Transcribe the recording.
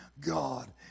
God